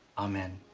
amen.